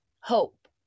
Hope